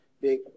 big